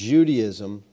Judaism